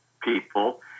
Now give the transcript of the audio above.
people